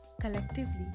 collectively